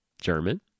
German